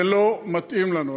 זה לא מתאים לנו.